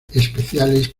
especiales